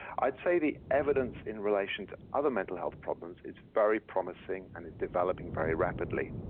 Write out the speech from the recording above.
i'd say the evidence in relation to other mental health problems is very promising and is developing very rapidly,